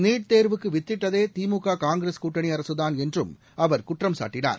NEET தேர்வுக்குவித்திட்டதேதிமுக Congress கூட்டணிஅரசுதான் என்றும் அவர் குற்றம் சாட்டினார்